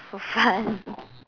for fun